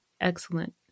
excellent